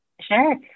Sure